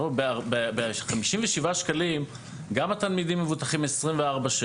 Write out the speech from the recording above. ב-57 שקלים גם התלמידים מבוטחים 24/7,